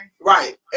Right